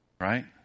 right